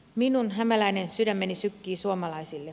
minun hämäläinen sydämeni sykkii suomalaisille